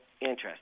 interest